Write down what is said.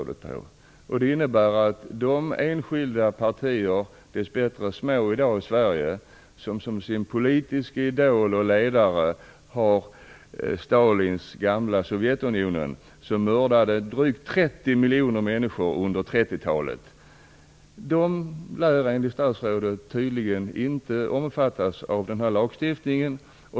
Det innebär att de enskilda partier - som dess bättre är små i Sverige i dag - som har Stalins gamla Sovjetunionen, som mördade drygt 30 miljoner människor under 30-talet, som sitt politiska ideal enligt statsrådet inte lär omfattas av den här lagstiftningen.